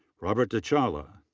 robert diciaula.